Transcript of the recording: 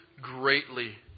greatly